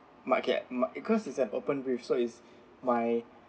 market because it's an open race so it's my